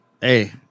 Hey